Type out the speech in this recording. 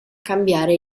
cambiare